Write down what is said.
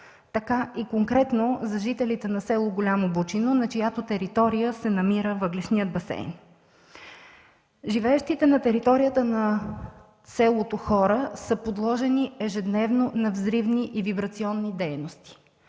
така и конкретно за жителите на с. Голямо Бучино, на чиято територия се намира въглищният басейн. Живеещите на територията на селото хора са подложени ежедневно на взривни и вибрационни дейности.